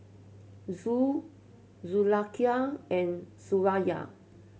Zul Zulaikha and Suraya